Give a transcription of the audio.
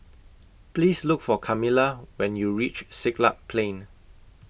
Please Look For Camilla when YOU REACH Siglap Plain